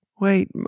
Wait